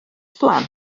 phlant